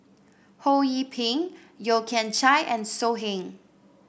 Ho Yee Ping Yeo Kian Chye and So Heng